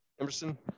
Emerson